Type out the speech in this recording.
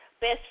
best